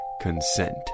consent